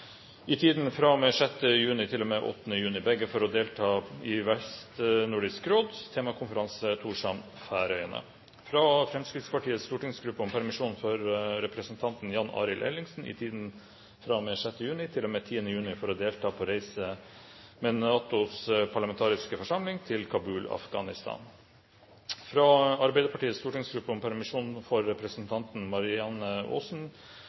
i tiden fra og med 6. juni til og med 8. juni, begge for å delta i Vestnordisk råds temakonferanse i Torshavn, Færøyene fra Fremskrittspartiets stortingsgruppe om permisjon for representanten Jan Arild Ellingsen i tiden fra og med 6. juni til og med 10. juni for å delta på reise med NATOs parlamentariske forsamling til Kabul, Afghanistan fra Arbeiderpartiets stortingsgruppe om permisjon for representanten Marianne Aasen